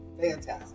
fantastic